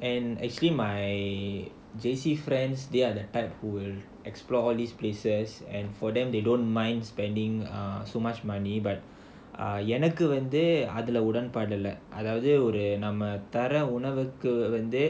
and actually my J_C friends they are the type who will explore these places and for them they don't mind spending so much money but எனக்கு வந்து அதுல உடன்பாடு இல்ல அதாவது ஒரு தர உணவுக்கு வந்து